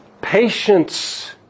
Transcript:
patience